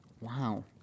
Wow